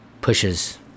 pushes